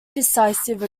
decisive